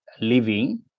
living